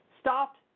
stopped